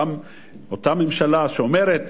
אותה ממשלה שאומרת: